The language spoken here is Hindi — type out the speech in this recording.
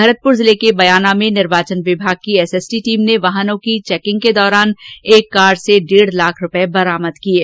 उधर भरतपुर जिले के बयाना में निर्वाचन विभाग की एसएसटी टीम ने वाहनों की चैकिंग के दौरान एक कार से डेढ लाख रूपए बरामद किए हैं